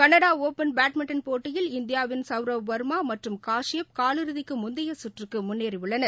களடா open badminton போட்டியில் இந்தியாவின் சவ்ரவ் வர்மா மற்றும் காசியப் காலிறுதிக்கு முந்தைய சுற்றுக்கு முன்னேறியுள்ளனர்